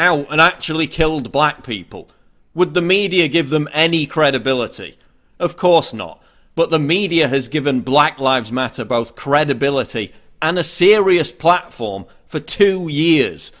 out and actually killed black people would the media give them any credibility of course not but the media has given black lives matter both credibility and a serious platform for two years